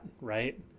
Right